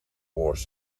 wars